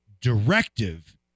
directive